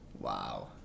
Wow